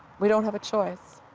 we don't have a choice.